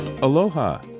Aloha